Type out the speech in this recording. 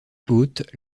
hôte